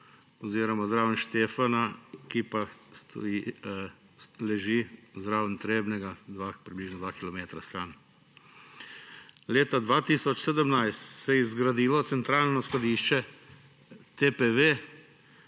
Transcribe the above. oziroma zraven Štefana, ki leži zraven Trebnjega, približno 2 kilometra stran. Leta 2017 se je zgradilo centralno skladišče TPV